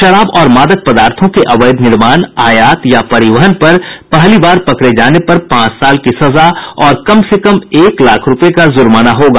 शराब और मादक पदार्थों के अवैध निर्माण आयात या परिवहन पर पहली बार पकड़े जाने पर पांच साल की सजा और कम से कम एक लाख रूपये का जुर्माना होगा